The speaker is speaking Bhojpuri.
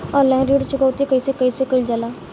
ऑनलाइन ऋण चुकौती कइसे कइसे कइल जाला?